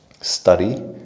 study